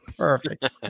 Perfect